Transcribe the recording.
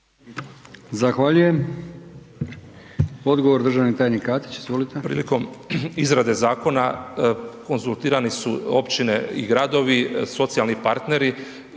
strastveni. Odgovor državni tajnik Katić,